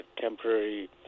temporary